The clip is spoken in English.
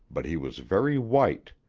but he was very white.